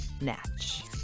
natch